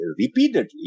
repeatedly